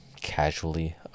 casually